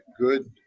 good